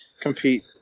compete